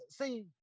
see